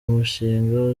umushinga